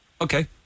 Okay